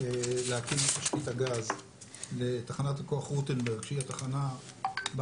להקים את תשתית הגז לתחנת הכוח רוטנברג שהיא התחנה בה